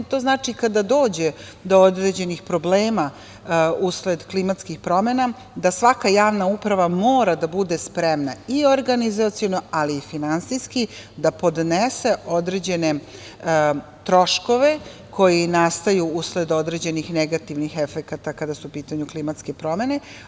To znači da kada dođe do određenih problema usled klimatskih promena, da svaka javna uprava mora da bude spremna i organizaciono, ali i finansijski da podnese određene troškove koji nastaju usled određenih negativnih efekata kada su u pitanju klimatske promene.